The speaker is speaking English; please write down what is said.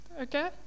Okay